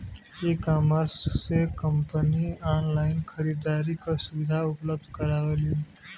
ecommerce से company online खरीदारी क सुविधा उपलब्ध करावलीन